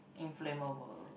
inflammable